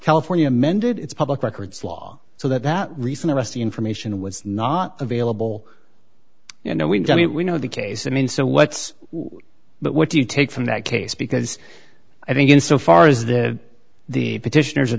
california amended its public records law so that that recent arrest information was not available you know we know the case i mean so what but what do you take from that case because i think in so far is that the petitioners